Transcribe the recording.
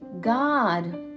God